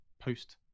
Post